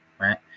right